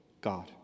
God